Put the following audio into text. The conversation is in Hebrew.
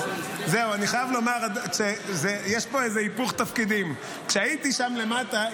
אני חייב לומר שיש פה איזה היפוך תפקידים: כשהייתי שם למטה,